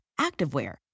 activewear